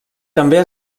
també